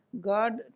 God